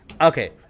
Okay